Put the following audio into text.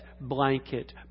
blanket